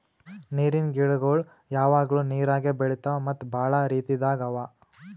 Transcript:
ನೀರಿನ್ ಗಿಡಗೊಳ್ ಯಾವಾಗ್ಲೂ ನೀರಾಗೆ ಬೆಳಿತಾವ್ ಮತ್ತ್ ಭಾಳ ರೀತಿದಾಗ್ ಅವಾ